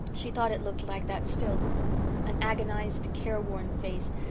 she thought it looked like that still an agonised, care-worn face,